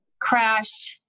crashed